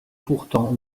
pourtant